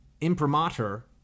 imprimatur